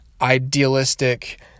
idealistic